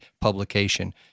publication